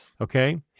Okay